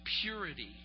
purity